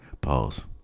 Pause